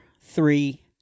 three